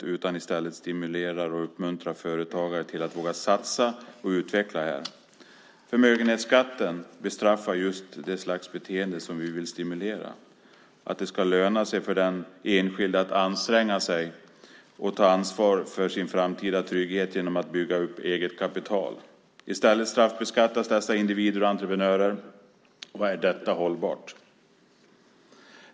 I stället måste vi stimulera och uppmuntra företagare att våga satsa och utvecklas här. Förmögenhetsskatten bestraffar just det slags beteende som vi vill stimulera. Det ska löna sig för den enskilde att anstränga sig och ta ansvar för sin framtida trygghet genom att bygga upp eget kapital. I stället straffbeskattas dessa individer och entreprenörer. Är detta hållbart?